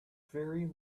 very